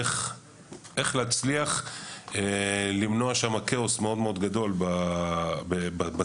של איך להצליח למנוע כאוס מאוד גדול בציר,